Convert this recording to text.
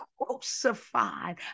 crucified